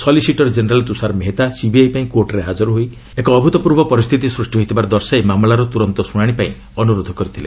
solicitor general Tushar Mehta CBI ପାଇଁ କୋର୍ଟରେ ହାଜର ଏକ ଅଭୁତପୂର୍ବ ପରିସ୍ଥିତି ସୃଷ୍ଟି ହୋଇଥିବାର ଦର୍ଶାଇ ମାମଲାର ତୁରନ୍ତ ଶୁଣାଣି ପାଇଁ ଅନୁରୋଧ କରିଥିଲେ